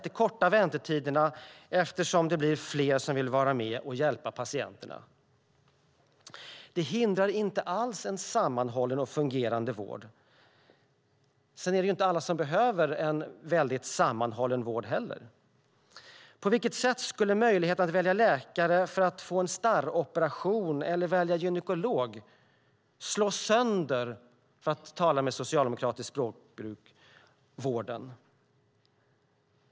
Det kortar väntetiderna eftersom det blir fler som vill vara med och hjälpa patienterna. Det hindrar inte alls en sammanhållen och fungerande vård. Sedan är det inte heller alla som behöver en väldigt sammanhållen vård. På vilket sätt skulle möjligheten att välja läkare för att få en starroperation eller möjligheten att välja gynekolog slå sönder vården, för att tala med socialdemokratiskt språkbruk?